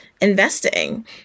investing